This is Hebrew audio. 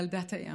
ילדת הים,